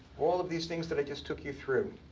all of these things that i just took you through.